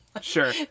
Sure